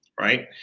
right